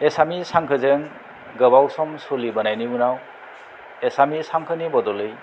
एसामिस हांखोजों गोबाव सम सोलिबोनायनि उनाव एसामिस हांखोनि सोलायै